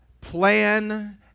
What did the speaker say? plan